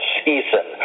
season